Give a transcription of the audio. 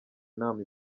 nama